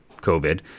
COVID